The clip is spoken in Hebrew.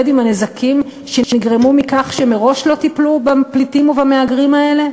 עם הנזקים שנגרמו מכך שמראש לא טיפלו בפליטים ובמהגרים האלה?